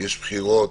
יש בחירות,